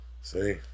See